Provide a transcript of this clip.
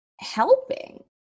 helping